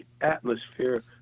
atmosphere